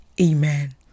Amen